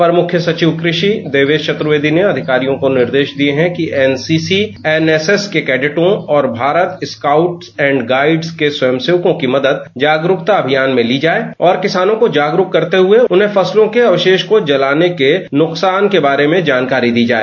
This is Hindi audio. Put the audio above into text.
अपर मुख्य सचिव कृषि देवेश चतुर्वेदी ने अधिकारियों को निर्देश दिए हैं कि एनसीसी एनएसएस के कैडेटों और भारत स्काउट एंड गाइड के स्वयंसेवकों की मदद जागरूकता अभियान में ली जाए और किसानों को जागरूक करते हुए उन्हें फसलों के अवशेष को जलाने के नुकसान के बारे में जानकारी दी जाए